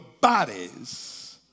bodies